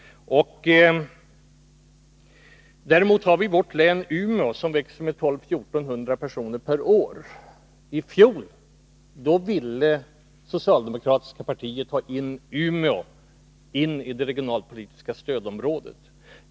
Däremot har vi i vårt län Umeå, som växer med 1200-1 400 personer per år. I fjol ville det socialdemokratiska partiet ta in Umeå i det regionalpolitiska stödområdet.